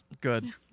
Good